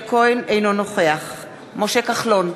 אינו נוכח משה כחלון,